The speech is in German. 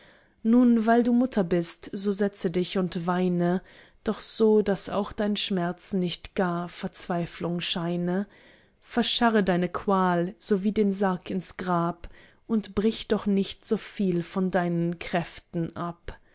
nun weil du mutter bist so setze dich und weine doch so daß auch dein schmerz nicht gar verzweiflung scheine verscharre deine qual sowie den sarg ins grab und brich doch nicht so viel von deinen kräften ab